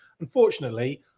Unfortunately